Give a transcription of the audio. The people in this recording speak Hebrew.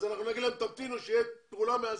אז אנחנו נגיד להם תמתינו שתהיה פעולה מאזנת?